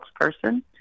spokesperson